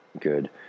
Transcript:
good